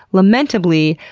lamentably,